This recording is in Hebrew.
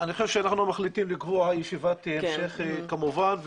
אני חושב שאנחנו מחליטים לקבוע ישיבת המשך כמובן,